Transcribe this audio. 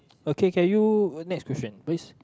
okay can you next question please